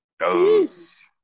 Yes